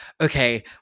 okay